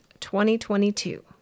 2022